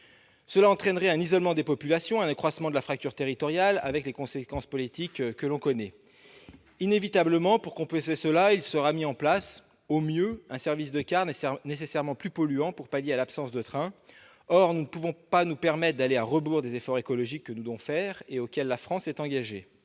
Cela entraînerait un isolement des populations, un accroissement de la fracture territoriale, avec les conséquences politiques délétères que l'on connaît. Inévitablement, pour compenser cela, il sera mis en place, au mieux, un service de cars, nécessairement plus polluant, pour pallier l'absence de trains. Or nous ne pouvons pas nous permettre d'aller à rebours des efforts écologiques que nous devons effectuer et auxquels la France s'est engagée.